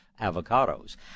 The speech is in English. avocados